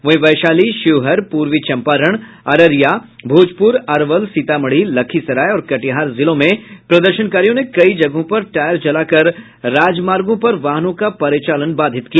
वहीं वैशाली शिवहर पूर्वी चम्पारण अररिया भोजपुर अरवल सीतामढ़ी लखीसराय और कटिहार जिलों में प्रदर्शनकारियों ने कई जगहों पर टायर जलाकर राजमार्गों पर वाहनों का परिचालन बाधित किया